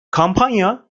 kampanya